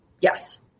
Yes